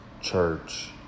Church